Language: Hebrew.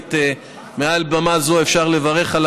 שבאמת מעל במה זו אפשר לברך,